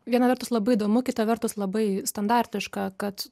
viena vertus labai įdomu kita vertus labai standartiška kad